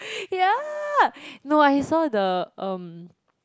ya no I saw the um